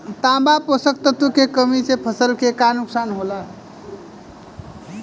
तांबा पोषक तत्व के कमी से फसल के का नुकसान होला?